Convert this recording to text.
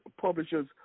publishers